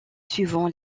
suivant